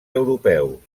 europeus